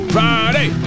Friday